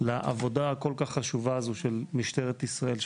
לעבודה הכול כך חשובה הזאת של משטרת ישראל,